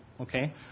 Okay